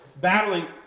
battling